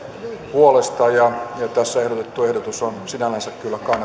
puolesta ja tässä ehdotettu ehdotus on sinällänsä